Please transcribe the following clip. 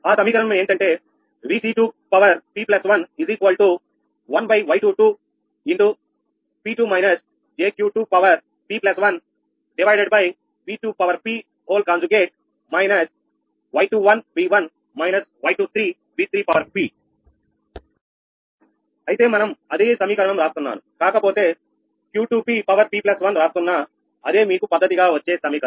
అయితే మనం అదే సమీకరణం రాస్తున్నాను కాకపోతే 𝑄2𝑝1 రాస్తున్న అదే మీకు పద్ధతిగా వచ్చే సమీకరణం